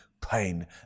pain